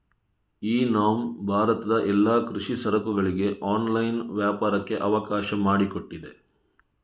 E NAM ಭಾರತದ ಎಲ್ಲಾ ಕೃಷಿ ಸರಕುಗಳಿಗೆ ಆನ್ಲೈನ್ ವ್ಯಾಪಾರಕ್ಕೆ ಅವಕಾಶ ಮಾಡಿಕೊಟ್ಟಿದೆ